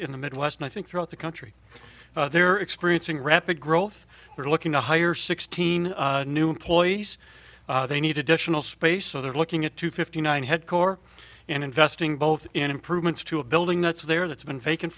in the midwest and i think throughout the country they're experiencing rapid growth we're looking to hire sixteen new employees they need additional space so they're looking at two fifty nine head corps and investing both in improvements to a building that's there that's been